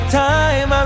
time